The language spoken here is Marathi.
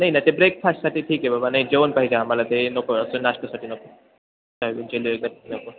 नाही ना ते ब्रेकफास्टसाठी ठीक आहे बाबा नाही जेवण पाहिजे आम्हाला ते नको असं नाश्तासाठी नको नको